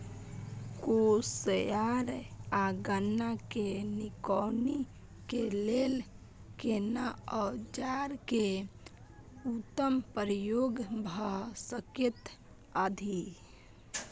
कोसयार आ गन्ना के निकौनी के लेल केना औजार के उत्तम प्रयोग भ सकेत अछि?